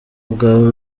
bwawe